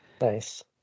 Nice